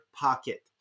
pocket